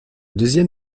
deuxième